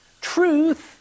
Truth